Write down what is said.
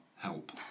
help